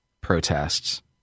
protests